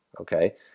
Okay